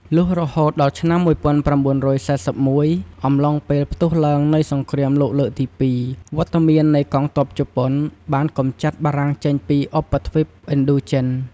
លុះរហូតដល់ឆ្នាំ ១៩៤១ អំឡុងពេលផ្ទុះឡើងនៃ សង្គ្រាមលោកលើកទី២វត្តមាននៃកងទ័ព ជប៉ុន បានកំចាត់បារាំងចេញពីឧបទ្វីបឥណ្ឌូចិន ។